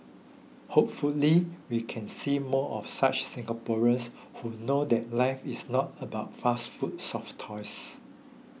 hopefully we can see more of such Singaporeans who know that life is not about fast food soft toys